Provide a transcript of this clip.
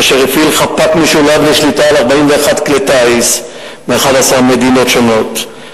אשר הפעיל חפ"ק משולב לשליטה על 41 כלי טיס מ-11 מדינות שונות.